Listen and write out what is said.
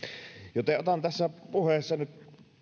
joten otan tässä puheessa nyt